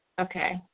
Okay